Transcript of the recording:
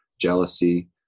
jealousy